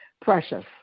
precious